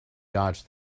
dodged